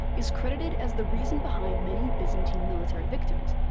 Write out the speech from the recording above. is credited as the reason behind many byzantine military victories.